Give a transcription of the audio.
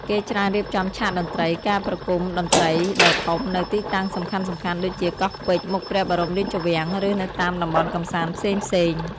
គេច្រើនរៀបចំឆាកតន្ត្រី ការប្រគំតន្ត្រីដ៏ធំនៅទីតាំងសំខាន់ៗដូចជា កោះពេជ្រ មុខព្រះបរមរាជវាំង ឬនៅតាមតំបន់កម្សាន្តផ្សេងៗ។